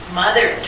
mother